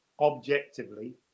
objectively